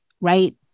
right